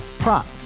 Prop